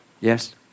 Yes